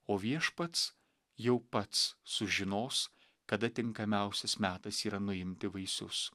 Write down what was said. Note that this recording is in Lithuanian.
o viešpats jau pats sužinos kada tinkamiausias metas yra nuimti vaisius